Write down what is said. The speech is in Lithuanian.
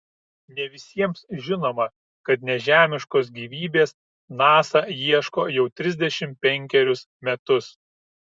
ne visiems žinoma kad nežemiškos gyvybės nasa ieško jau trisdešimt penkerius metus